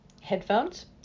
headphones